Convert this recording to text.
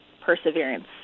perseverance